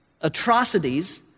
atrocities